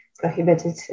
prohibited